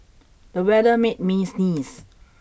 the weather made me sneeze